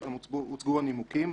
וגם הוצגו הנימוקים.